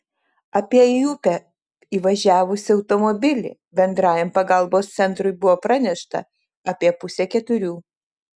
apie į upę įvažiavusį automobilį bendrajam pagalbos centrui buvo pranešta apie pusę keturių